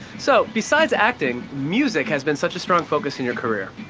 so, besides acting, music has been such a strong focus in your career.